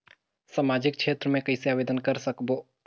समाजिक क्षेत्र मे कइसे आवेदन कर सकबो?